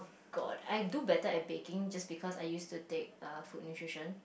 god I do better at baking just because I used to take err food nutrition